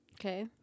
Okay